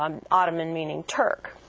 um ottoman meaning turk.